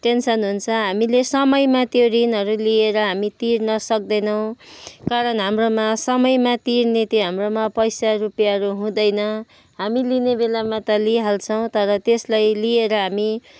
tension हुन्छ हामीले समयमा त्यो ऋणहरू लिएर हामी तिर्न सक्दैनौँ कारण हाम्रोमा समयमा तिर्ने त्यो हाम्रोमा पैसा रुपियाँहरू हुँदैन हामी लिने बेलामा त लिइहाल्छौँ तर त्यसलाई लिएर हामी